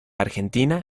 argentina